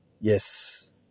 Yes